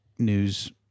News